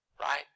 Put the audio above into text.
Right